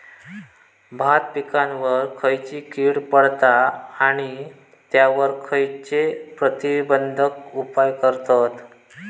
भात पिकांवर खैयची कीड पडता आणि त्यावर खैयचे प्रतिबंधक उपाय करतत?